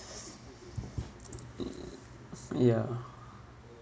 mm ya